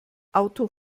auto